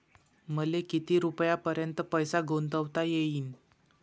मले किती रुपयापर्यंत पैसा गुंतवता येईन?